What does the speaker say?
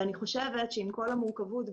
אני חושבת שעם כל המורכבות,